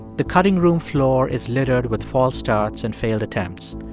the cutting room floor is littered with false starts and failed attempts,